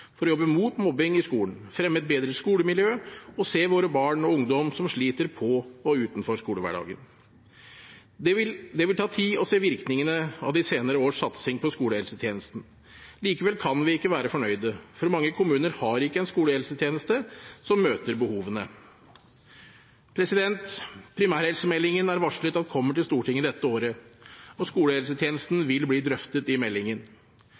for å jobbe mot mobbing i skolen, fremme et bedre skolemiljø og se våre barn og ungdommer som sliter i og utenfor skolehverdagen. Det vil ta tid å se virkningene av de senere års satsing på skolehelsetjenesten. Likevel kan vi ikke være fornøyde, for mange kommuner har ikke en skolehelsetjeneste som møter behovene. Primærhelsemeldingen er varslet at kommer til Stortinget dette året, og skolehelsetjenesten vil bli drøftet i meldingen.